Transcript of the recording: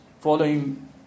following